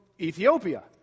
Ethiopia